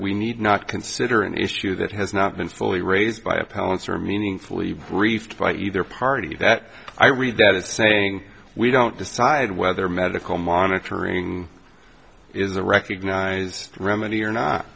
we need not consider an issue that has not been fully raised by a pouncer meaningfully briefed by either party that i read that it's saying we don't decide whether medical monitoring is a recognized remedy or not